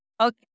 Okay